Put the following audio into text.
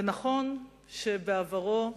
ונכון שבעברו,